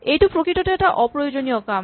এইটো প্ৰকৃততে এটা অপ্ৰয়োজনীয় কাম